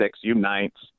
Unites